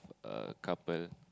a couple